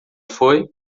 foi